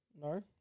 No